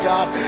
God